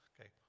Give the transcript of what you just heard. okay